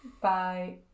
bye